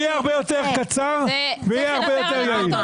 זה יהיה הרבה יותר קצר ויהיה הרבה יותר יעיל.